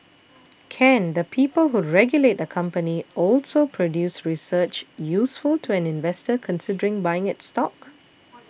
Can the people who regulate a company also produce research useful to an investor considering buying its stock